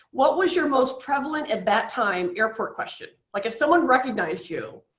what was your most prevalent at that time airport question? like, if someone recognized you,